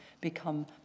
become